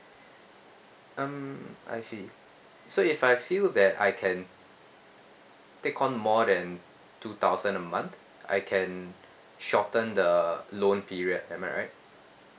um I see so if I feel that I can take on more than two thousand a month I can shorten the loan period am I right